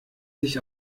sich